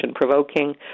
provoking